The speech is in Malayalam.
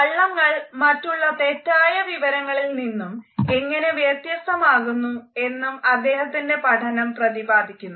കള്ളങ്ങൾ മറ്റുള്ള തെറ്റായ വിവരങ്ങളിൽ നിന്നും എങ്ങനെ വ്യത്യസ്തമാകുന്നു എന്നും അദ്ദേഹത്തിൻ്റെ പഠനം പ്രതിപാദിക്കുന്നു